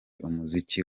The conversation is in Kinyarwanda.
umuziki